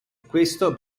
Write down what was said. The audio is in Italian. questo